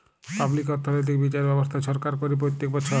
public অথ্থলৈতিক বিচার ব্যবস্থা ছরকার ক্যরে প্যত্তেক বচ্ছর